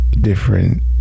different